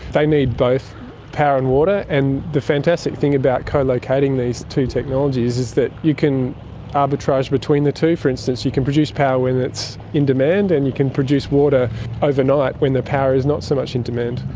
they need both power and water. and the fantastic thing about co-locating these two technologies is that you can arbitrage between the two, for instance you can produce power when it's in demand and you can produce water overnight when the power is not so much in demand.